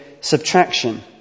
subtraction